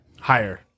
higher